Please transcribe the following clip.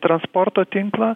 transporto tinklą